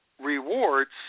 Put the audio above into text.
Rewards